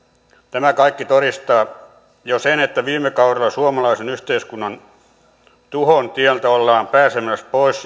tämä kaikki todistaa jo sen että suomalaisen yhteiskunnan viime kauden tuhon tieltä ollaan pääsemässä pois